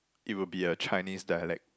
it would be a Chinese dialect